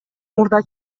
мурда